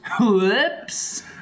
Whoops